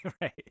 Right